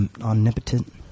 omnipotent